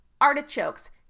artichokes